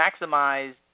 maximize